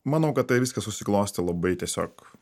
manau kad tai viskas susiklostė labai tiesiog